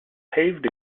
paved